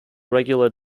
regular